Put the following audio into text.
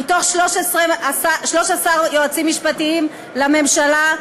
מתוך 13 יועצים משפטיים לממשלה,